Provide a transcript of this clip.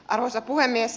arvoisa puhemies